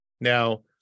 now